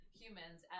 humans